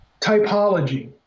Typology